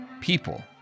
people